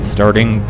Starting